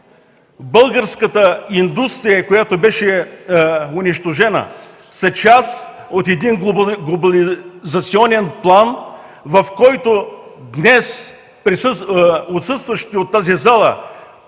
българската индустрия, която беше унищожена, са част от глобализационен план, за който днес отсъстващите от тази зала